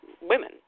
women